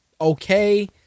okay